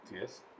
Yes